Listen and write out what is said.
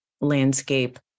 landscape